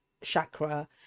chakra